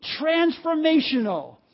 Transformational